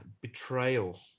betrayal